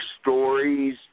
stories